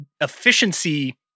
efficiency